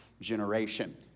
generation